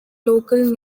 local